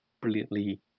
brilliantly